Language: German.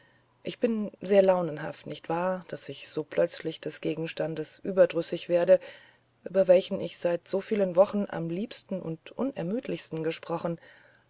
ich bin sehr launenhaft nicht wahr daß ich so plötzlich des gegenstandes überdrüssigwerde überwelchenichseitso vielen wochen am liebsten und unermüdlichsten gesprochen